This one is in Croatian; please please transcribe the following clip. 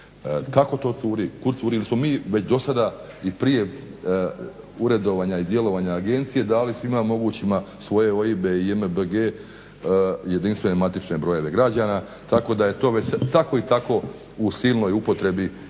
Kako to curi? Kud curi? Jesmo li mi već do sada i prije uredovanja i djelovanja agencije dali svima mogućima svoje OIB-e i JMBG-e jedinstvene matične brojeve građana, tako da je to već tako i tako u silnoj upotrebi